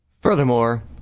Furthermore